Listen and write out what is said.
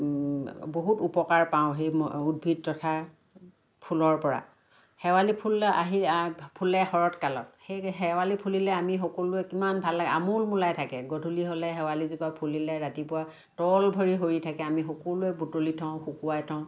বহুত উপকাৰ পাওঁ সেই উদ্ভিদ তথা ফুলৰপৰা শেৱালি ফুল আহি ফুলে শৰত কালত সেই শেৱালি ফুলিলে আমি সকলোৱে কিমান ভাল লাগে আমোলমোলাই থাকে গধূলি হ'লে শেৱালিজোপা ফুলিলে ৰাতিপুৱা তল ভৰি সৰি থাকে আমি সকলোৱে বুটলি থওঁ শুকোৱাই থওঁ